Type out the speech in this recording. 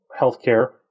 healthcare